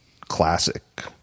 classic